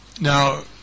Now